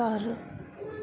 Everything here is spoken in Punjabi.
ਘਰ